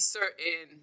certain